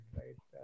right